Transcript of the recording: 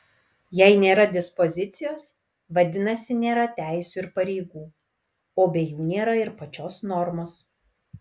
jei nėra dispozicijos vadinasi nėra teisių ir pareigų o be jų nėra ir pačios normos